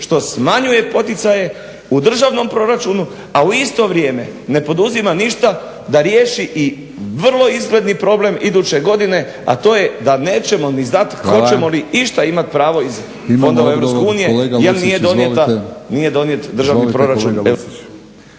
što smanjuje poticaje u državnom proračunu a u isto vrijeme ne poduzima ništa da riješi i vrlo izgledni problem iduće godine a to je da nećemo ni znat hoćemo li išta imat pravo iz fondova EU jer nije donijet državni proračun.